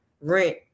rent